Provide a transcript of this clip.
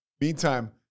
Meantime